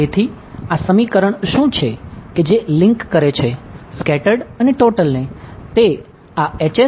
તેથી આ સમીકરણ અને ટોટલને તે આ H નું ફોર્મનું બનશે